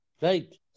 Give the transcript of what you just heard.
right